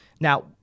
Now